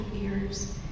ears